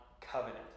covenant